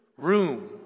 room